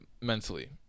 mentally